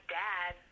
dad